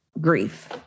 grief